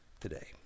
today